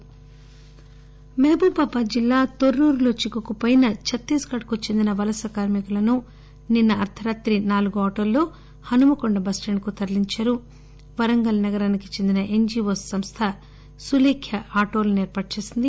వలస కార్మి కులు మహబూబాబాద్ జిల్లా తొర్రూర్ లో చిక్కుకుపోయిన చత్తీస్ గడ్ కు చెందిన వలస కార్మికులను నిన్న అర్దరాత్రి నాలుగు ఆటోలలో హనుమకొండ బస్లాండ్ కు తరలించారు వరంగల్ నగరానికి చెందిన ఎన్షీవోస్ సంస్ల సులేఖ్య ఆటోలను ఏర్పాటు చేసింది